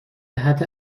صحت